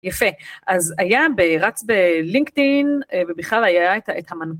יפה. אז היה, רץ בלינקדאין, ובכלל היה את המנגון.